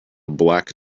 black